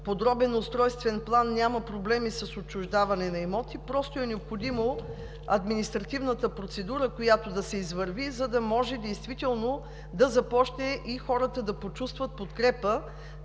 Подробния устройствен план, няма проблеми с отчуждаване на имоти, просто е необходимо да се извърви административната процедура, за да може действително да започне и хората да почувстват подкрепа,